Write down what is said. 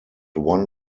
one